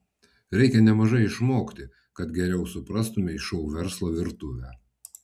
reikia nemažai išmokti kad geriau suprastumei šou verslo virtuvę